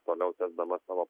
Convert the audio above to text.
toliau tęsdama savo